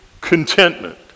contentment